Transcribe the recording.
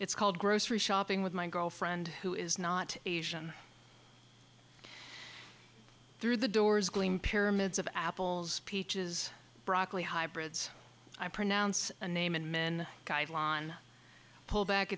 it's called grocery shopping with my girlfriend who is not asian through the doors gleam pyramids of apples peaches broccoli hybrids i pronounce a name and men guideline pull back